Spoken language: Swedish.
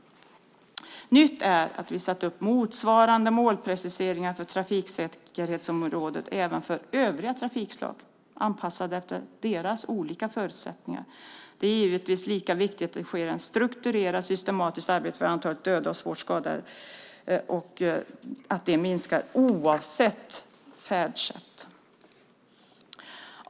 Nytt är att vi har satt upp motsvarande målpreciseringar för trafiksäkerhetsområdet även för övriga trafikslag, anpassade efter deras olika förutsättningar. Det är givetvis lika viktigt att det sker ett strukturerat och systematiskt arbete för att antalet dödade och svårt skadade ska minska oavsett färdsätt.